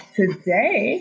today